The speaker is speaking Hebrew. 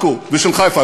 ושל עכו, ושל חיפה.